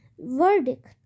Verdict